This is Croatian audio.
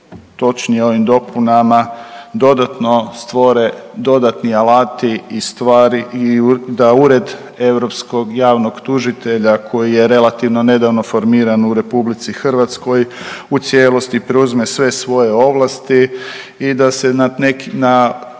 ovim dopunama dodatno stvore dodatni alati i stvari i da Ured europskog javnog tužitelja koji je relativno nedavno formiran u RH u cijelosti preuzme sve svoje ovlasti i da se na